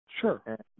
Sure